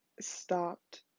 stopped